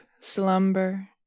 slumber